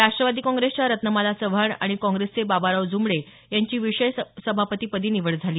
राष्ट्रवादी काँग्रेसच्या रत्नमाला चव्हाण आणि काँग्रेसचे बाबाराव ज्मडे यांची विषय सभापतीपदी निवड झाली